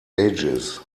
ages